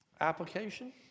Application